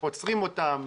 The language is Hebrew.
עוצרים אותם,